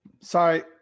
sorry